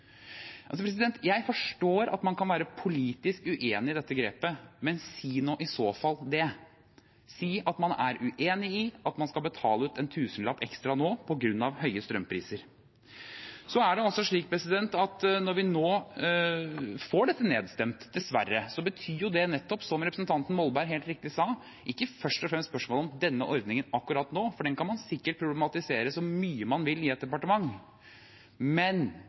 Jeg forstår at man kan være politisk uenig i dette grepet, men si i så fall det; si at man er uenig i at man skal betale ut en tusenlapp ekstra nå på grunn av høye strømpriser. Når dette nå blir nedstemt, dessverre, er jo det, som representanten Molberg helt riktig sa, ikke først og fremst et spørsmål om denne ordningen akkurat nå, for den kan man sikkert problematisere så mye man vil i et departement, men